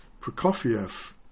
Prokofiev